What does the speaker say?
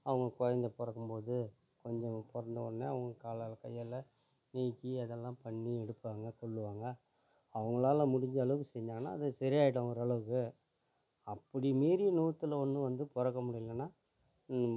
அவங்களுக்கு குழந்த பிறக்கும் போது குழந்த பிறந்த உடனே அவங்க காலால் கையால் நீக்கி அதெல்லாம் பண்ணி எடுப்பாங்க கொள்ளுவாங்க அவங்களால முடிஞ்சளவுக்கு செஞ்சாங்கன்னா அது செரியாகிடும் ஓரளவுக்கு அப்படி மீறி நூற்றுல ஒன்று வந்து பிறக்க முடியலனா